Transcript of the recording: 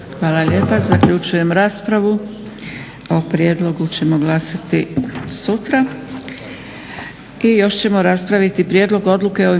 Hvala lijepa. Zaključujem raspravu. O prijedlogu ćemo glasati sutra. **Stazić, Nenad (SDP)** Prijedlog odluke o imenovanju